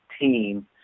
team